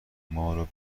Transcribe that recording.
مارو